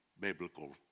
biblical